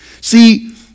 See